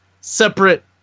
separate